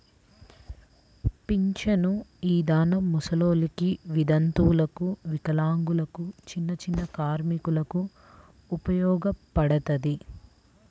పింఛను ఇదానం ముసలోల్లకి, వితంతువులకు, వికలాంగులకు, చిన్నచిన్న కార్మికులకు ఉపయోగపడతది